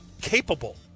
capable